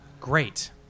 Great